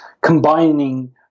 combining